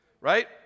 Right